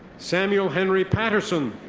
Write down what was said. samule henry patterson.